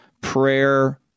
prayer